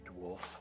dwarf